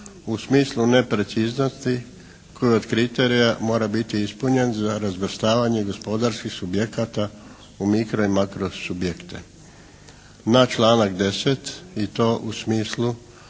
u smislu nepreciznosti koji od kriterija mora biti ispunjen za razvrstavanje gospodarskih subjekata u mikro i makro subjekte. Na članak 10. i to u smislu